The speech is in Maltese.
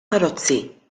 karozzi